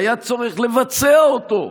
היה צורך לבצע אותו,